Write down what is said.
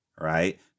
right